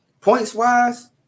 points-wise